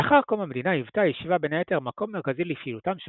לאחר קום המדינה היוותה הישיבה בין היתר מקום מרכזי לפעילותם של